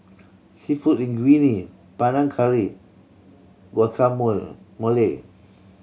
Seafood Linguine Panang Curry